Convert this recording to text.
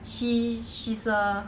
she she's a